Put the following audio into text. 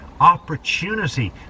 opportunity